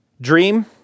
dream